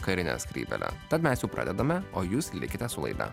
karinę skrybėlę tad mes jau pradedame o jūs likite su laida